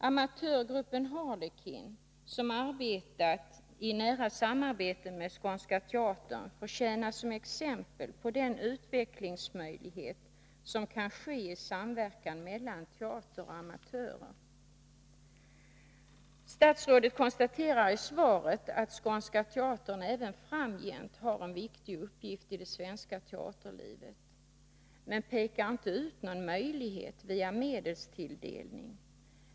Amatörgruppen Harlekin, som har haft ett nära samarbete med Skånska Teatern, får tjäna som exempel på den utvecklingsmöjlighet som kan finnas i samverkan mellan teater och amatörer. Statsrådet konstaterar i svaret att Skånska Teatern även framgent har en viktig uppgift i det svenska teaterlivet men pekar inte ut någon möjlighet via medelstilldelning.